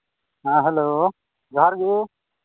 ᱦᱮᱸ ᱦᱮᱞᱳ ᱡᱚᱦᱟᱨ ᱜᱮ